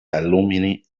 alumni